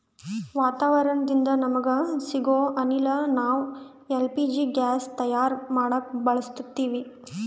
ವಾತಾವರಣದಿಂದ ನಮಗ ಸಿಗೊ ಅನಿಲ ನಾವ್ ಎಲ್ ಪಿ ಜಿ ಗ್ಯಾಸ್ ತಯಾರ್ ಮಾಡಕ್ ಬಳಸತ್ತೀವಿ